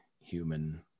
human